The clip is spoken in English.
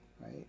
right